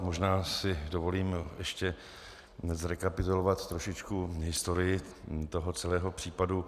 Možná si dovolím ještě zrekapitulovat trošičku historii toho celého případu.